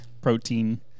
protein